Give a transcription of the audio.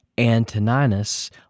Antoninus